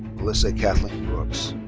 melissa kathleen brooks.